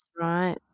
right